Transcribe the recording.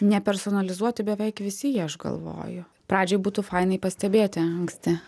nepersonalizuoti beveik visi jie aš galvoju pradžioj būtų fainai pastebėti anksti